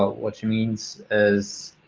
ah what she means is,